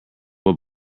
will